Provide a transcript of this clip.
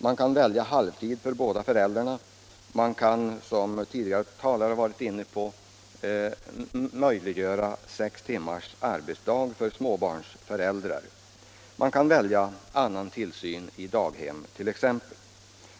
Man kan välja halvtid för båda föräldrarna, man kan — vilket tidigare talare varit inne på — möjliggöra sex timmars arbetsdag för småbarnsföräldrar. Man kan välja annan tillsyn, t.ex. i daghem.